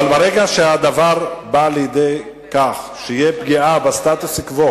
אבל ברגע שהדבר בא לידי כך שתהיה פגיעה בסטטוס-קוו